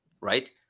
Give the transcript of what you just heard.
Right